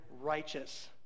righteous